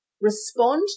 respond